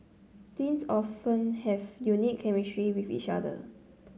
twins often have unique chemistry with each other